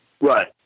Right